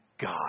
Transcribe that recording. God